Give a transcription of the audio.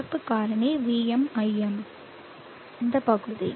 நிரப்பு காரணி Vm Im இந்த பகுதி